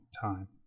time